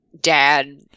dad